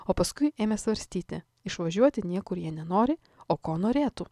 o paskui ėmė svarstyti išvažiuoti niekur jie nenori o ko norėtų